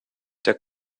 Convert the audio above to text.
der